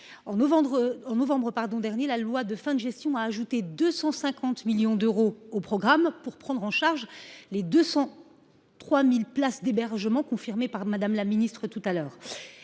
de novembre dernier, la loi de fin de gestion a ajouté 250 millions d’euros au programme afin de prendre en charge les 203 000 places d’hébergement confirmées par Mme la ministre, le